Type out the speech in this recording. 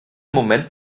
moment